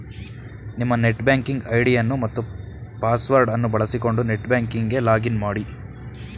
ನಿಮ್ಮ net banking ಐಡಿಯನ್ನು ಮತ್ತು ಪಾಸ್ವರ್ಡ್ ಅನ್ನು ಬಳಸಿಕೊಂಡು ನೆಟ್ ಬ್ಯಾಂಕಿಂಗ್ ಗೆ ಲಾಗ್ ಇನ್ ಮಾಡಿ